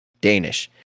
Danish